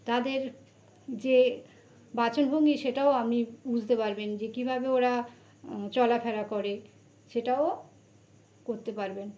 তাদের যে বাচনভঙ্গি সেটাও আপনি বুঝতে পারবেন যে কীভাবে ওরা চলাফেরা করে সেটাও করতে পারবেন